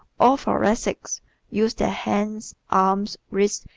all thoracics use their hands, arms, wrists,